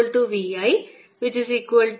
E PV